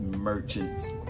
merchants